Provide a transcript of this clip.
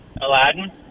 Aladdin